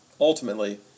ultimately